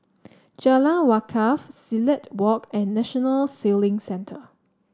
Jalan Wakaff Silat Walk and National Sailing Centre